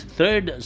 third